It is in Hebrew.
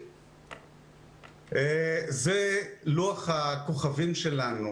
זה לוח הכוכבים שלנו.